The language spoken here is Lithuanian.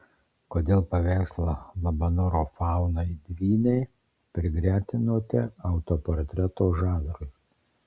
kodėl paveikslą labanoro faunai dvyniai prigretinote autoportreto žanrui